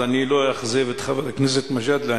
אז אני לא אאכזב את חבר הכנסת מג'אדלה.